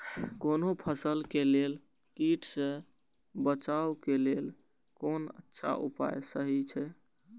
कोनो फसल के लेल कीट सँ बचाव के लेल कोन अच्छा उपाय सहि अछि?